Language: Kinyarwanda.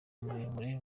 muremure